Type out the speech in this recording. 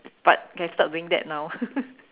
but okay I stopped doing that now